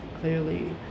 clearly